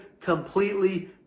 completely